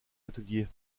atelier